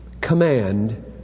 command